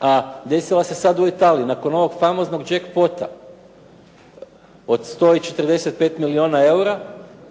a desila se sad u Italiji. Nakon ovog famoznog jackpota od 145 milijuna eura,